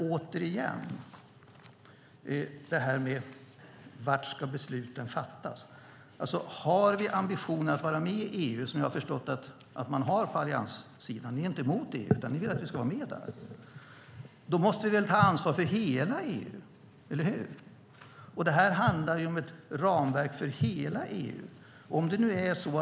Återigen frågan om var besluten ska fattas. Har vi ambitionen att vara med i EU, som jag har förstått att man har på allianssidan - ni är inte emot EU, utan ni vill att vi ska vara med där - måste vi väl ta ansvar för hela EU, eller hur? Det här handlar ju om ett ramverk för hela EU.